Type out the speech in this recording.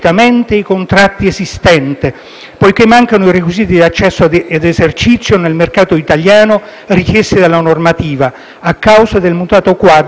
poiché mancano i requisiti di accesso ed esercizio nel mercato italiano richiesti dalla normativa a causa del mutato quadro giuridico di riferimento.